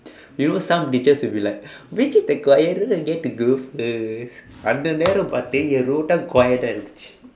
you know some bitches will be like which is the quiet row will get to go first அந்த நேரம் பார்த்து என்:andtha neeram paarththu en row தான்:thaan quieta இருந்தது:irundthathu